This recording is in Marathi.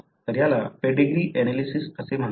तर याला पेडीग्री एनालिसिस असे म्हणतात